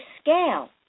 scale